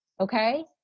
Okay